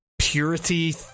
purity